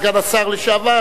סגן השר לשעבר,